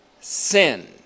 sin